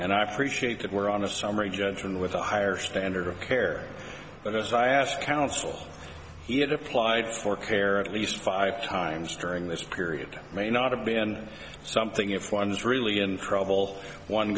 and i appreciate that we're on a summary judgment with a higher standard of care but as i ask counsel he had applied for care at least five times during this period that may not have been something if one is really in trouble one